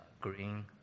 green